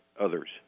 others